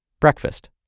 Breakfast